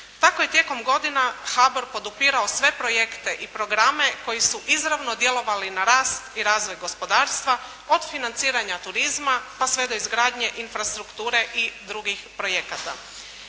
Tako je tijekom godina HBOR podupirao sve projekte i programe koji su izravno djelovali na rast i razvoj gospodarstva od financiranja turizma pa sve do izgradnje infrastrukture i drugih projekata.